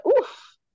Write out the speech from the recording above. oof